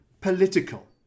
political